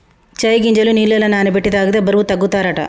చై గింజలు నీళ్లల నాన బెట్టి తాగితే బరువు తగ్గుతారట